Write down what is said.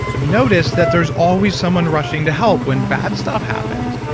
notice that there's always someone rushing to help when bad stuff happens.